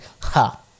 ha